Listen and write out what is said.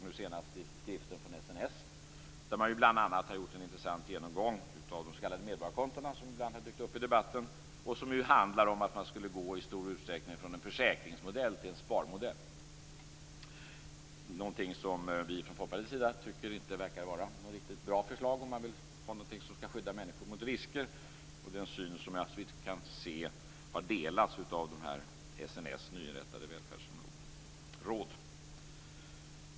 Senast skedde det i skriften från SNS, där man bl.a. har gjort en intressant genomgång av de s.k. medborgarkontona, som ibland har dykt upp i debatten och som handlar om att man i stor utsträckning skulle gå från en försäkringsmodell till en sparmodell. Det är något som vi från Folkpartiets sida inte tycker verkar vara något riktigt bra förslag om man vill ha någonting som skall skydda människor mot risker. Det är en syn som, såvitt jag kan se, har delats av de av SNS nyinrättade välfärdsråden.